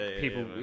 people